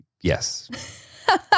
Yes